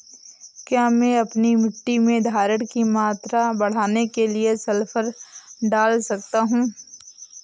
क्या मैं अपनी मिट्टी में धारण की मात्रा बढ़ाने के लिए सल्फर डाल सकता हूँ?